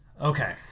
Okay